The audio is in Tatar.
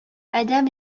адәм